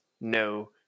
no